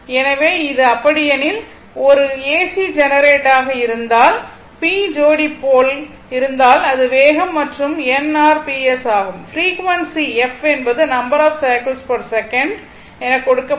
எனவே அது அப்படியானால் ஒரு ஏசி ஜெனரேட்டராக இருந்தால் அதில் p ஜோடி போல் இருந்தால் அது வேகம் மற்றும் n r p s ஆகும் ஃப்ரீக்வன்சி f என்பது number of cycles per second என கொடுக்கப்படும்